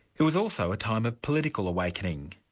it was also a time of political awakening,